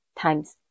times